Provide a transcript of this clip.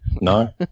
no